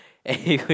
anyway